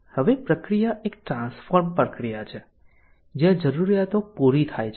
હવે પ્રક્રિયા એક ટ્રાન્સફોર્મ પ્રક્રિયા છે જ્યાં જરૂરિયાતો પૂરી થાય છે